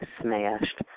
smashed